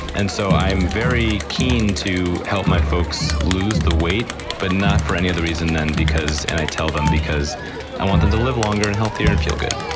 and so i'm very keen to help my folks lose the weight but not for any other reason than, and i tell them, because i want them to live longer, and healthier, and feel good.